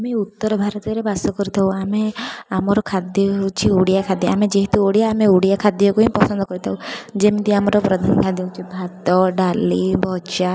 ଆମେ ଉତ୍ତର ଭାରତରେ ବାସ କରିଥାଉ ଆମେ ଆମର ଖାଦ୍ୟ ହେଉଛି ଓଡ଼ିଆ ଖାଦ୍ୟ ଆମେ ଯେହେତୁ ଓଡ଼ିଆ ଆମେ ଓଡ଼ିଆ ଖାଦ୍ୟକୁ ହିଁ ପସନ୍ଦ କରିଥାଉ ଯେମିତି ଆମର ପ୍ରଧାନ ଖାଦ୍ୟ ହେଉଛି ଭାତ ଡାଲି ଭଜା